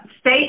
state